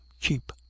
cheap